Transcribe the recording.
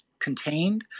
contained